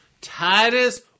Titus